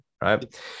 right